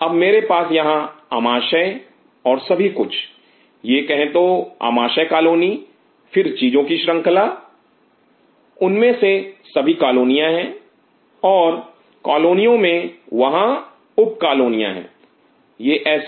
अब मेरे पास यहां आमाशय और सभी कुछ यह कहें तो आमाशय कॉलोनी फिर चीजों की श्रंखला उनमें से सभी कॉलोनिया हैं और कॉलोनियों में वहां उप कालोनियां हैं यह ऐसा है